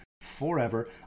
forever